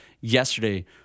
yesterday